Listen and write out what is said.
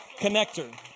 connector